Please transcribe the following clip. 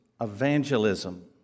evangelism